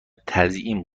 تزیین